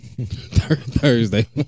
Thursday